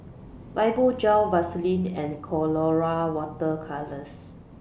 Fibogel Vaselin and Colora Water Colours